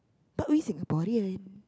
but we Singaporean